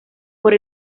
por